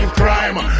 crime